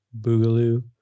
Boogaloo